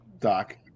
Doc